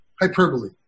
hyperbole